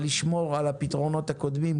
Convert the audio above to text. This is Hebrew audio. צריך לשמור על הפתרונות הקודמים,